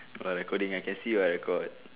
got lah recording I can see [what] record